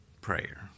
prayer